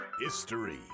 history